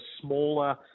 smaller